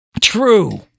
True